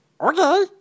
Okay